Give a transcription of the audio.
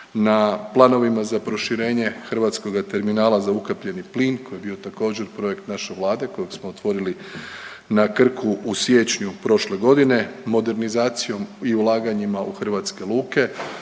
na planovima za proširenje hrvatskoga terminala za ukapljeni plin koji je bio također projekt naše vlade kojeg smo otvorili na Krku u siječnju prošle godine, modernizacijom i ulaganjima u hrvatske luke,